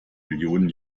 millionen